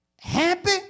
Happy